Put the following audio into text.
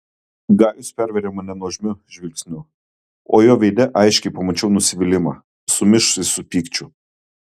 gajus pervėrė mane nuožmiu žvilgsniu o jo veide aiškiai pamačiau nusivylimą sumišusį su pykčiu